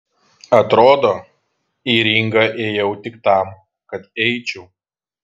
atrodo į ringą ėjau tik tam kad eičiau